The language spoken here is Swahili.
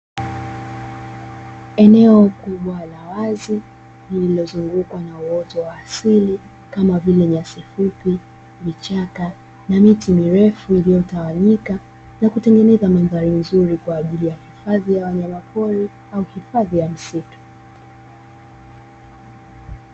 Eneo kubwa la wazi lililozungukwa na uoto wa asili kama vile; nyasi fupi, vichaka na miti mirefu iliyotawanyika na kutengeneza mandhari nzuri kwa ajili ya hifadhi ya wanyamapori au hifadhi ya msitu.